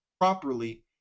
properly